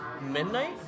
midnight